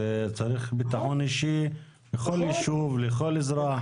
צריך ביטחון אישי בכל יישוב לכל אזרח.